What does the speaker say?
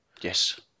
Yes